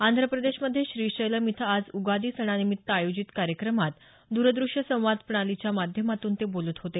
आंध्रप्रदेशमध्ये Srisailam इथं आज उगादी सणानिमित्त आयोजित कार्यक्रमात द्रदूश्य संवाद प्रणालीच्या माध्यमातून ते बोलत होते